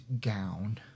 gown